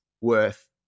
worth